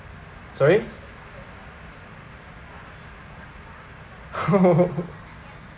sorry